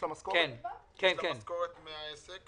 640,000 זה סכום הכנסה